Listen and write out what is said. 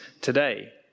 today